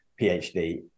phd